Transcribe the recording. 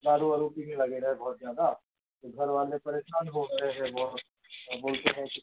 दारू वारू पीने लगे रहे बहुत ज़्यादा तो घरवाले परेशान हो रहे हैं बहुत और बोलते हैं कि